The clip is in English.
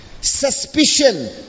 Suspicion